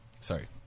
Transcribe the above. Sorry